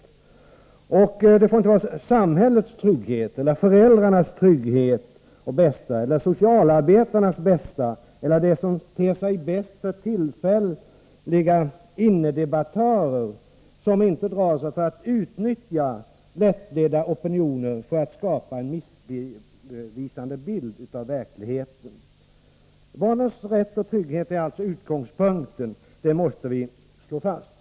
Utgångspunkten får inte vara samhällets trygghet, föräldrarnas trygghet och bästa eller socialarbetarnas bästa eller det som ter sig bäst för tillfälliga ”innedebattörer” — som inte drar sig för att uttnyttja lättledda opinioner för att skapa en missvisande bild av verkligheten. Barnens rätt och trygghet är alltså utgångspunkten, det måste vi slå fast.